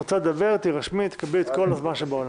את רוצה לדבר, תירשמי, תקבלי את כל הזמן שבעולם.